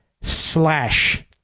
slash